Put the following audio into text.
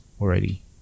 already